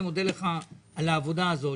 אני מודה לך על העבודה הזו,